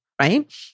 right